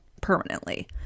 permanently